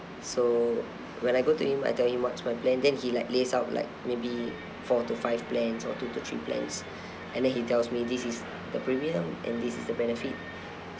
so when I go to him I tell him what's my plan then he like lays out like maybe four to five plans or two to three plans and then he tells me this is the premium and this is the benefit